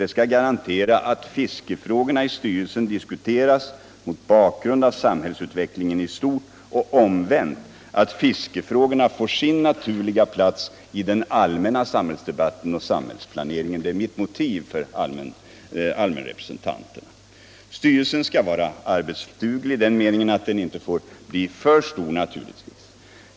Det skall garantera att fiskefrågorna i styrelsen diskuteras mot bakgrund av samhällsutvecklingen i stort, och omvänt att fiskefrågorna får sin naturliga plats i den allmänna samhällsdebatten och samhällsplaneringen. Det är mitt motiv för allmänrepresentanterna. Styrelsen skall vara arbetsduglig i den meningen att den naturligtvis inte får bli för stor.